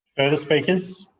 speakers?